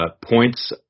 points